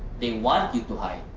they want you to hide.